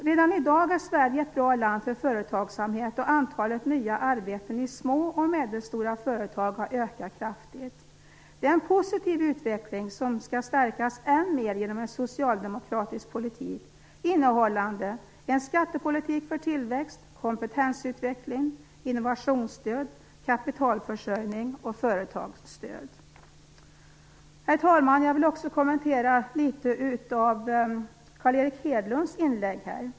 Redan i dag är Sverige ett bra land för företagsamhet, och antalet nya arbeten i små och medelstora företag har ökat kraftigt. Det är en positiv utveckling, som skall stärkas än mer genom en socialdemokratisk politik innehållande en skattepolitik för tillväxt, kompetensutveckling, innovationsstöd, kapitalförsörjning och företagsstöd. Herr talman! Jag vill också kommentera litet av Carl Erik Hedlunds inlägg.